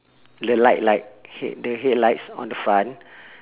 the light light head the headlights on the front